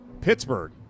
Pittsburgh